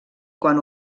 quan